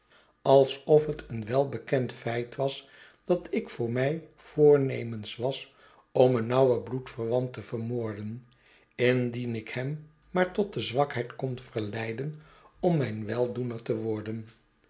alsof het een welbekend feit was dat ik voor mij voornemens was bm een nauwen bloedverwant te vermoorden indien ik hem maar tot de zwakheid kon verleiden om mijn weldoener te worden